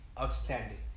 outstanding